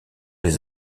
les